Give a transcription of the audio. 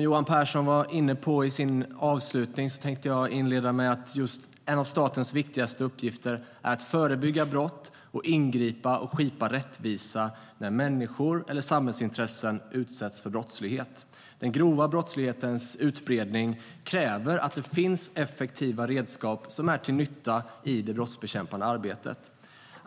Johan Pehrson var inne på detta i sin avslutning. Jag tänkte inleda med att säga att en av statens viktigaste uppgifter är att förebygga brott och ingripa och skipa rättvisa när människor eller samhällsintressen utsätts för brottslighet. Den grova brottslighetens utbredning kräver att det finns effektiva redskap som är till nytta i det brottsbekämpande arbetet.